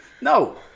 No